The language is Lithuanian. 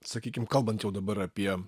sakykim kalbant jau dabar apie